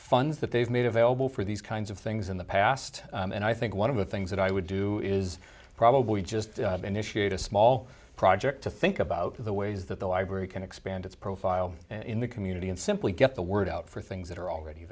funds that they've made available for these kinds of things in the past and i think one of the things that i would do is probably just initiate a small project to think about the ways that the library can expand its profile in the community and simply get the word out for things that are already